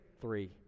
Three